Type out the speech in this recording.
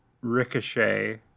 Ricochet